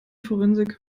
forensik